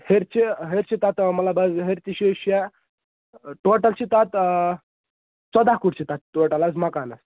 ہیٚرِ چھِ ہیٚرِ چھِ تَتھ مطلب حظ ہیٚرِ تہِ چھِ شیٚے ٹوٹل چھِ تَتھ ژۅداہ کُٹھ چھِ تَتھ ٹوٹَل حظ مَکانَس